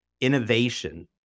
innovation